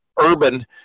urban